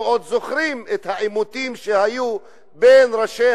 אנחנו עוד זוכרים את העימותים שהיו בין ראשי